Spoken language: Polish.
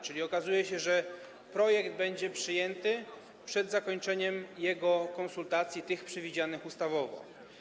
Czyli okazuje się, że projekt będzie przyjęty przed zakończeniem jego konsultacji, tych przewidzianych ustawowo.